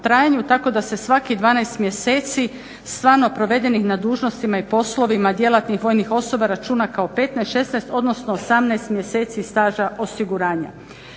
tako da se svakih 12 mjeseci stvarno provedenih na dužnostima i poslovima djelatnih vojnih osoba računa kao 15, 16 odnosno 18 mjeseci staža osiguranja.